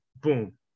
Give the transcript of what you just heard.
Boom